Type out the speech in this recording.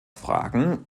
fragen